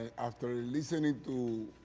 after listening to